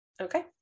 Okay